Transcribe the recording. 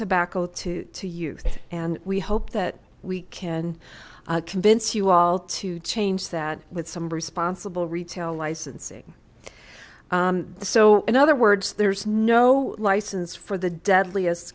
tobacco to to youth and we hope that we can convince you all to change that with some responsible retail licensing so in other words there's no license for the deadliest